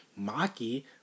Maki